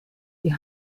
die